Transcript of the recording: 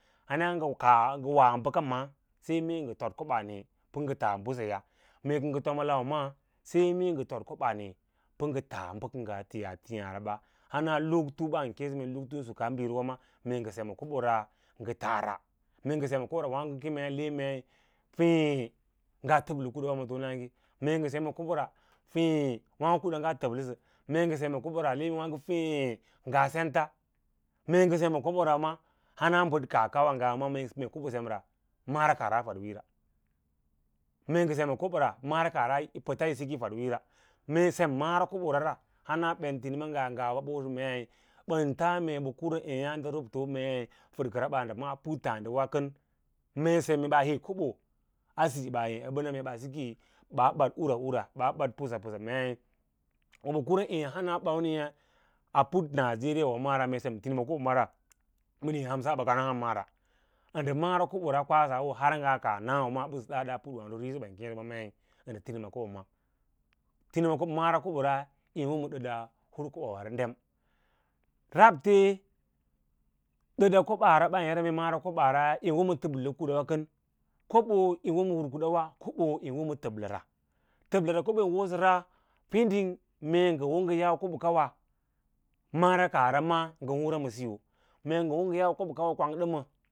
Hana ngə kaa ngə waa bəka ma saí me ngə tod kobo nē pə ngə taa mbəseyas mee kə ngə tom ma lawewa saí mee ngə too koban hẽ pəngə tas bə kə ngas tía tiyara ɓa hana lakta uban keẽsə ən suka biriwa ma mee ngə sem ma kobora ngə tara, mee ngə sem ma kobo ra wǎǎgo le mei fěě kə ngaa təblə kuda wa matonage mee ngə. sem ma kobo ra feẽ waãgo kuɗa nga təb ləsə mee ngə sem ma kobo ra ngə feẽ nga senta, mee ngə sen ma, kob ra ma hana bəd kaah kawa ngawa maa mee kobo semra mara kaa a fadwiiyo ra mee ngə sem ma kobo ra mara kaah re yi pəta yi dik yi fadwiiyo ra, meesem mara kobo ra hana ɓen tinima ɓa maa ɓə wosə mei ɓən taa mei bə kava eẽyaãɗe robtoya mee fədkəra ɓas ndə ma’â puttǎǎɗi wa kən, mee ɓaa huk kobo a siiɓa hē ə bə na mee ɓaa siki baa baɗ ura ura ɓaa bad pusa, pusa wo ɓə kure eẽ hana ɓamniyâ a pur nigere’s mab ngee tinima kobora kam ɓə níĩ́yà hansa ɓə kansa hamba maara mara kobo ra kwass wo nga kas ngaa na wâba ɓəsə da da aput waato risi wa ən kee! Ɓə meí noə tinima kobo ma tinima kobo ma mara kobo rai yin wo ma dəta hur kobaa ɗen rabte dəre’a kobo ta bam yar mee mara kobasra yín woma təblə kadawa kən, kobo yín wo ma hur kudawa kobo yin woma təblə ra təbla ra kobo yin wosəra fin mee ngə wo ngə yâm kobo kawa mara kaah ra ma ngən hura ma siyo, mee ngə yâm kobo kawa kwang ɗəmə.